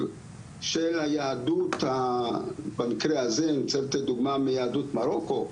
של היהדות במקרה הזה אני רוצה לתת דוגמא מיהדות מרוקו,